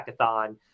hackathon